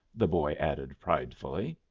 the boy added, pridefully.